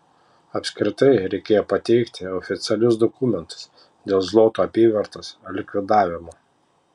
apskritai reikėjo pateikti oficialius dokumentus dėl zlotų apyvartos likvidavimo